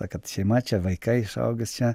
ta kad šeima čia vaikai išaugo čia